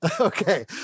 Okay